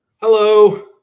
Hello